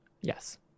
yes